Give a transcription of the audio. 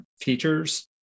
features